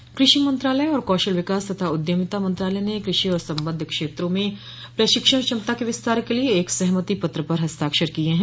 सहमति पत्र कृषि मंत्रालय और कौशल विकास तथा उद्यमिता मंत्रालय ने कृषि और सम्बद्ध क्षेत्रों में प्रशिक्षण क्षमता के विस्तार के लिए एक सहमति पत्र पर हस्ताक्षर किए हैं